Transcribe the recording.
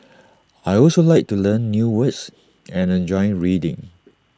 I also like to learn new words and I enjoy reading